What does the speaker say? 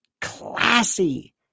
classy